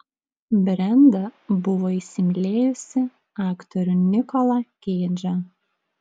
brenda buvo įsimylėjusi aktorių nikolą keidžą